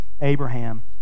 Abraham